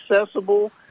accessible